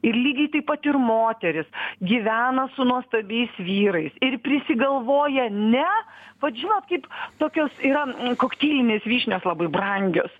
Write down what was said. ir lygiai taip pat ir moterys gyvena su nuostabiais vyrais ir prisigalvoja ne vat žinot kaip tokios yra kokteilinės vyšnios labai brangios